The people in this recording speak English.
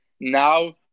Now